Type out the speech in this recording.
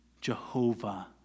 Jehovah